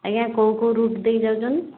ଆଜ୍ଞା କେଉଁ କେଉଁ ରୁଟ ଦେଇ ଯାଉଛନ୍ତି